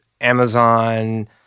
Amazon